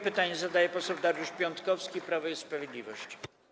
Pytanie zadaje poseł Dariusz Piontkowski, Prawo i Sprawiedliwość.